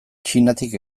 txinatik